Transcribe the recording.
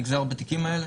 בכלל.